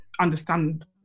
understand